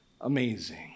amazing